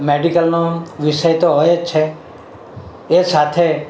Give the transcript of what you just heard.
મેડિકલનો વિષય તો હોય જ છે એ સાથે